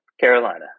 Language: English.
Carolina